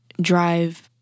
drive